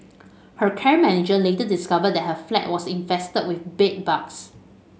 her care manager later discovered that her flat was infested with bedbugs